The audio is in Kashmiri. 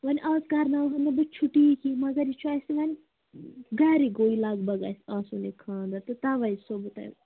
وۄنۍ آز کَرٕناوہَن نہٕ بہٕ چھُٹی یہِ کیٚنہہ مگر یہِ چھُ اَسہِ وۄنۍ گَرِ گوٚو یہِ لگ بَگ اَسہِ آسُن یہِ خانٛدر تَوَے چھِسو بہٕ توہہِ